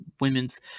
women's